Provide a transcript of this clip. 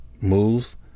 moves